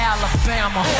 Alabama